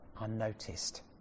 unnoticed